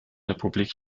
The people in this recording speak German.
republik